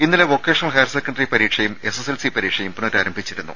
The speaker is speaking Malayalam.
ഇന്നലെ വൊക്കേഷണൽ ഹയർ സെക്കന്ററി പരീക്ഷയും എസ്എസ്എൽസി പരീക്ഷയും പുനരാരംഭിച്ചിരുന്നു